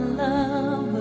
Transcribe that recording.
love